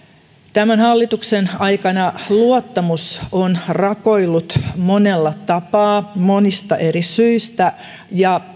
tämän hallituksen aikana luottamus on rakoillut monella tapaa monista eri syistä ja